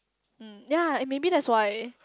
hmm yea maybe that's why